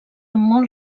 molt